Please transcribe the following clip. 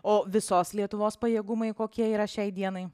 o visos lietuvos pajėgumai kokie yra šiai dienai